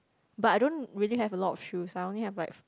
but I don't really have a lot of shoes I only have like